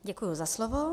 Děkuji za slovo.